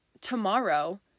tomorrow